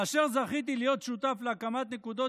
כאשר זכיתי להיות שותף להקמת נקודות